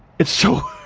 it's so.